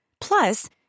Plus